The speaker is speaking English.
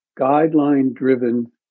guideline-driven